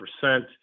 percent